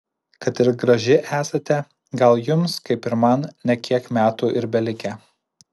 kad ir graži esate gal jums kaip ir man ne kiek metų ir belikę